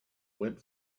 went